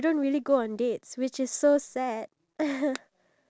are the different activities that we both can do together